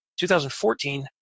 2014